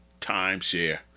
Timeshare